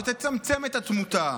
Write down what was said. שתצמצם את התמותה.